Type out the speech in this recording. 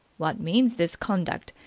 what means this conduct?